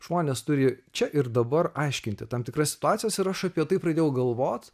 žmonės turi čia ir dabar aiškinti tam tikras situacijas ir aš apie tai pradėjau galvot